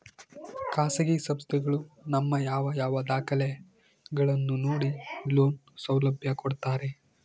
ಖಾಸಗಿ ಸಂಸ್ಥೆಗಳು ನಮ್ಮ ಯಾವ ಯಾವ ದಾಖಲೆಗಳನ್ನು ನೋಡಿ ಲೋನ್ ಸೌಲಭ್ಯ ಕೊಡ್ತಾರೆ?